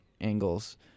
angles